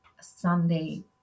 Sunday